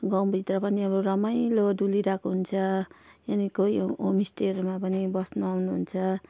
गाउँभित्र पनि अब रमाइलो डुलिरहेको हुन्छ यहाँनिर कोही होमस्टेहरूमा पनि बस्नु आउनुहुन्छ